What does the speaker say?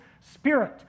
Spirit